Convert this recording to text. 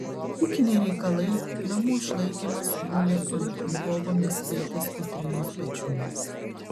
ūkiniai reikalai namų išlaikymas gulė ant lvovo miestietės kotrynos pečių